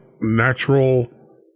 natural